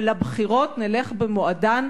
ולבחירות נלך במועדן,